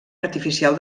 artificial